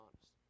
honest